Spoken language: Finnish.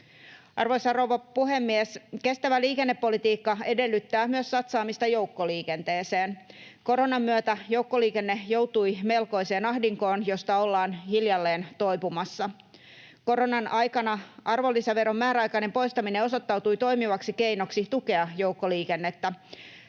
Arvoisa rouva puhemies! Kestävä liikennepolitiikka edellyttää myös satsaamista joukkoliikenteeseen. Koronan myötä joukkoliikenne joutui melkoiseen ahdinkoon, josta ollaan hiljalleen toipumassa. Koronan aikana arvonlisäveron määräaikainen poistaminen osoittautui toimivaksi keinoksi tukea joukkoliikennettä.